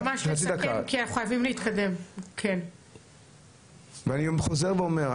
אני חוזר ואומר,